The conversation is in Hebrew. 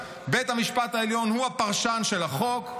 בית המשפט העליון הוא הפרשן של החוק,